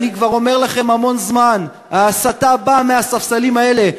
אני כבר אומר לכם המון זמן: ההסתה באה מהספסלים האלה.